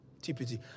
TPT